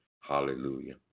Hallelujah